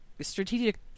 strategic